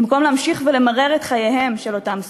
במקום להמשיך ולמרר את חייהם של אותם שוכרים.